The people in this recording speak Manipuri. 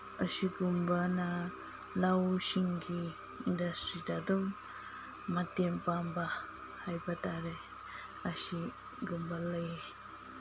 ꯑꯁꯤꯒꯨꯝꯕꯅ ꯂꯧꯁꯤꯡꯒꯤ ꯏꯟꯗꯁꯇ꯭ꯔꯤꯗ ꯑꯗꯨꯝ ꯃꯇꯦꯡ ꯄꯥꯡꯕ ꯍꯥꯏꯕ ꯇꯥꯔꯦ ꯑꯁꯤꯒꯨꯝꯕ ꯂꯩꯌꯦ